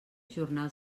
jornal